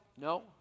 No